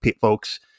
folks